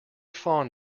fond